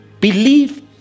Believe